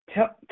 Tell